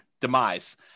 demise